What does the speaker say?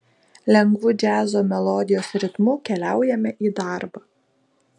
lengvu džiazo melodijos ritmu keliaujame į darbą